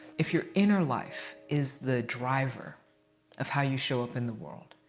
if your inner life is the driver of how you show up in the world,